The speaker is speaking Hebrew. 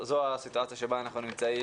זאת הסיטואציה שבה אנחנו נמצאים,